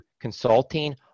consulting